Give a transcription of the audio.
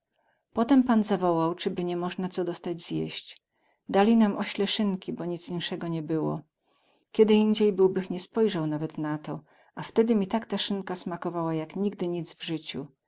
potem pan zawołał cyby ni mozna co dostać zjeść dali nam ośle synki bo nic insego nie było kiedyindziej byłbych nie spojrzał nawet na to a wtedy mi tak ta synka smakowała jak nigdy nic w zyciu